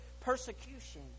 persecution